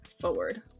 forward